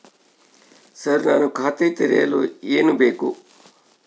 Sir ನಾನು ಖಾತೆ ತೆರೆಯಲು ಏನು ಬೇಕು?